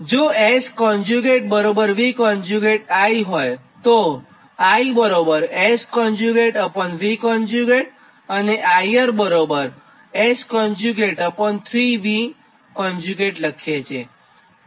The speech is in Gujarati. તો S V I હોય તો ISV અને IRS3V લખીએ છીએ